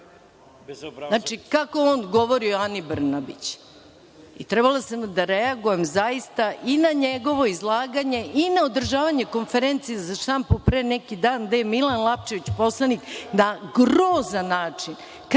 Obradović, kako on govori o Ani Brnabić. Trebala sam da reagujem zaista i na njegovo izlaganje i na održavanje konferencije za štampu pre neki dan gde je poslanik Milan Lapčević na grozan način,